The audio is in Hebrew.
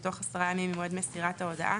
בתוך 10 ימים ממועד מסירת ההודעה,